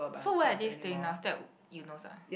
so where are they staying now stay at Eunos ah